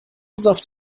saft